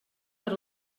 per